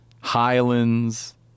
Highlands